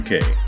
UK